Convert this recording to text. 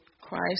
Christ